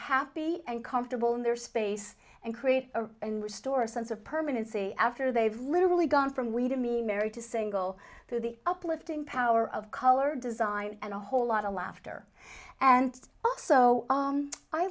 happy and comfortable in their space and create a and restore a sense of permanency after they've literally gone from we to me married to single through the uplifting power of color design and a whole lot of laughter and also